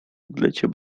odleciał